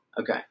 Okay